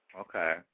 Okay